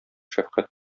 шәфкать